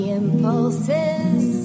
impulses